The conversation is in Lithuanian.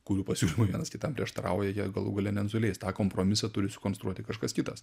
kurių pasiūlymai vienas kitam prieštarauja jie galų gale nenusileis tą kompromisą turi sukonstruoti kažkas kitas